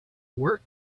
work